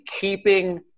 keeping